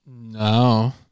No